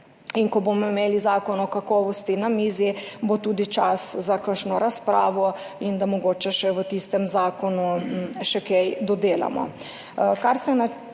In ko bomo imeli zakon o kakovosti na mizi, bo tudi čas za kakšno razpravo in da mogoče še v tistem zakonu kaj dodelamo.